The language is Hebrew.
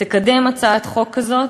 תקדם הצעת חוק כזאת,